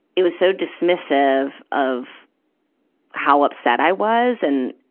it was so dismissive of how upset i was and,